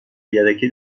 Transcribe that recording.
یدکی